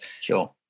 Sure